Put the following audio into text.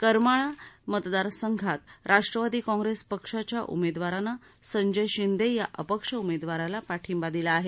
करमाळा मतदार संघात राष्ट्रवादी काँप्रेस पक्षाच्या उमेदवारानं संजय शिंदे या अपक्ष उमेदवाराला पाठिंबा दिला आहे